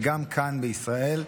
וגם כאן בישראל,